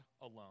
alone